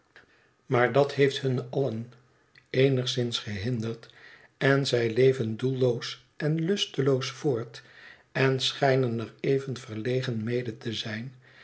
maar dat heeft hun allen eenigszins gehinderd en zij leven doelloos en lusteloos voort en schijnen er even verlegen mede te zijn